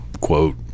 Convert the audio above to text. quote